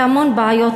והמון בעיות,